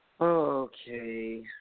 Okay